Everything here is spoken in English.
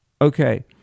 Okay